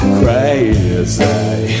crazy